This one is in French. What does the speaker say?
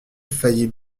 faillit